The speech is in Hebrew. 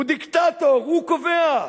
הוא דיקטטור, הוא קובע.